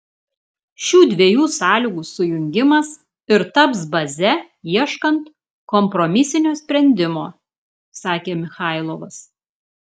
šių dviejų sąlygų sujungimas ir taps baze ieškant kompromisinio sprendimo sakė michailovas